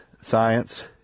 science